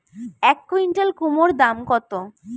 এক কুইন্টাল কুমোড় দাম কত?